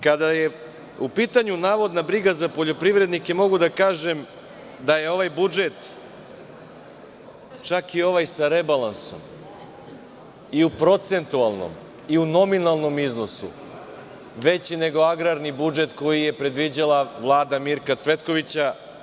Kada je u pitanju navodna briga za poljoprivrednike, mogu da kažem da je ovaj budžet, čak i ovaj sa rebalansom i u procenutalnom i u nominalnom iznosu veći nego agrarni budžet koji je predviđala Vlada Mirka Cvetkovića.